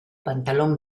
pantalón